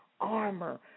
armor